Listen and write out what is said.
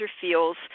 feels